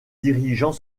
dirigeant